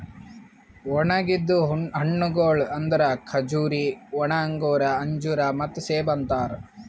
ಒಣುಗಿದ್ ಹಣ್ಣಗೊಳ್ ಅಂದುರ್ ಖಜೂರಿ, ಒಣ ಅಂಗೂರ, ಅಂಜೂರ ಮತ್ತ ಸೇಬು ಅಂತಾರ್